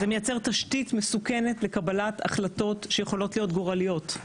זה מייצר תשתית מסוכנת לקבלת החלטות שיכולות להיות גורליות.